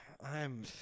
I'm-